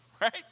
right